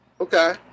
Okay